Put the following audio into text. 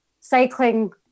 cycling